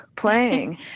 playing